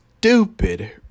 stupid